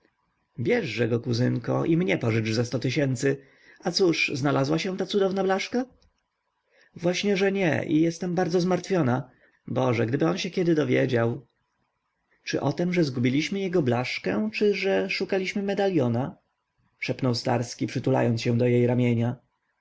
majątek bierzże go kuzynko i mnie pożycz ze sto tysięcy a cóż znalazła się ta cudowna blaszka właśnie że nie i jestem bardzo zmartwiona boże gdyby on się kiedy dowiedział czy o tem że zgubiliśmy jego blaszkę czy że szukaliśmy medaliona szepnął starski przytulając się do jej ramienia